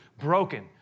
broken